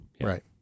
right